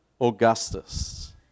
Augustus